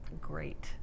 great